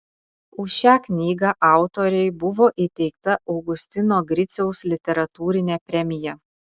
už šią knygą autorei buvo įteikta augustino griciaus literatūrinė premija